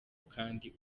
kandi